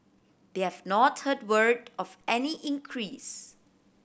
they have not heard word of any increase